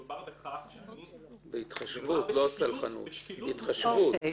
אנחנו מדברים על 16. הצעת החוק הממשלתית היא 12 שנים.